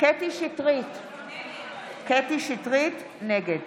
קטי קטרין שטרית, נגד